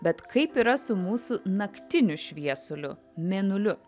bet kaip yra su mūsų naktiniu šviesuliu mėnuliu